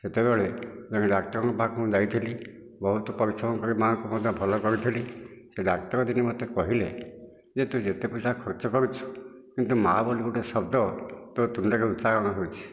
ସେତେବେଳେ ଜଣେ ଡାକ୍ତରଙ୍କ ପାଖକୁ ଯାଇଥିଲି ବହୁତ ପରିଶ୍ରମ କରି ମା'ଙ୍କୁ ମଧ୍ୟ ଭଲ କରିଥିଲି ସେ ଡାକ୍ତର ଦିନେ ମୋତେ କହିଲେ ଯେ ତୁ ଯେତେ ପଇସା ଖର୍ଚ୍ଚ କରୁଛୁ କିନ୍ତୁ ମା' ବୋଲି ଗୋଟିଏ ଶବ୍ଦ ତୋ ତୁଣ୍ଡରେ ଉଚ୍ଚାରଣ ହୋଇଛି